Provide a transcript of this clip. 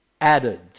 added